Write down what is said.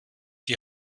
die